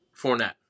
Fournette